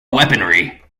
weaponry